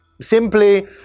Simply